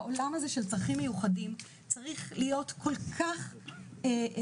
העולם הזה של צרכים מיוחדים צריך להיות כל כך אישי,